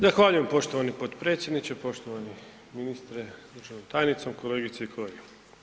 Zahvaljujem poštovani potpredsjedniče, poštovani ministre sa državnom tajnicom, kolegice i kolege.